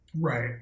Right